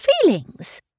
feelings